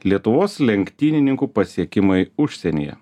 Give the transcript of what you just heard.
lietuvos lenktynininkų pasiekimai užsienyje